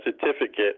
certificate